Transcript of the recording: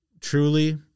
truly